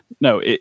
No